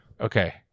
okay